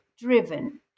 driven